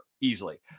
easily